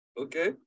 Okay